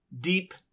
deep